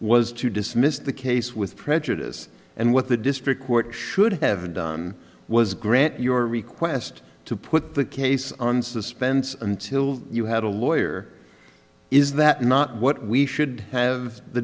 was to dismiss the case with prejudice and what the district court should have done was grant your request to put the case on suspense until you had a lawyer is that not what we should have the